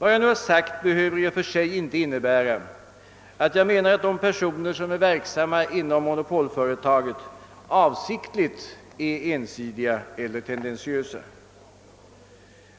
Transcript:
Vad jag nu har sagt behöver i och för sig inte innebära att jag menar att de personer som är verksamma inom monopolföretaget avsiktligt är ensidiga eller tendentiösa.